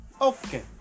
Okay